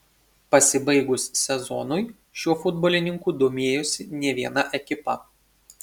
pasibaigus sezonui šiuo futbolininku domėjosi ne viena ekipa